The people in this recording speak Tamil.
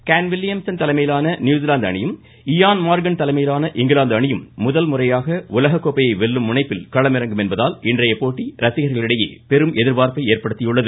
கேன் வில்லியம்ஸன் தலைமையிலான நியூசிலாந்து அணியும் இயான் மார்கன் தலைமையிலான இங்கிலாந்து அணியும் முதல் முறையாக உலக கோப்பையை வெல்லும் முனைப்பில் களமிறங்கும் என்பதால் இன்றைய போட்டி ரசிகர்களிடையே பெரும் எதிர்பார்ப்பை ஏற்படுத்தியுள்ளது